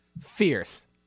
Fierce